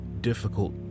difficult